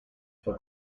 fue